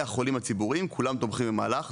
החולים הציבוריים כולם תומכים במהלך,